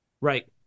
Right